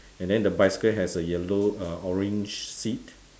and then the bicycle has a yellow err orange seat